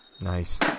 Nice